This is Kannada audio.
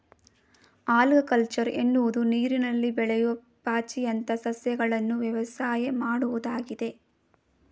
ಆಲ್ಗಕಲ್ಚರ್ ಎನ್ನುವುದು ನೀರಿನಲ್ಲಿ ಬೆಳೆಯೂ ಪಾಚಿಯಂತ ಸಸ್ಯಗಳನ್ನು ವ್ಯವಸಾಯ ಮಾಡುವುದಾಗಿದೆ